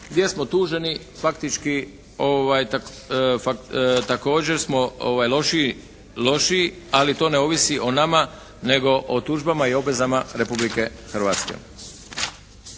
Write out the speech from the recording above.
Gdje smo tuženi faktički također smo lošiji ali to ne ovisi o nama nego o tužbama i obvezama Republike Hrvatske.